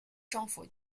政府